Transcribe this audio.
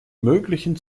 möglichen